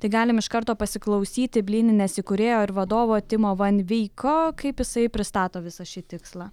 tai galim iš karto pasiklausyti blyninės įkūrėjo ir vadovo timo van veiko kaip jisai pristato visą šį tikslą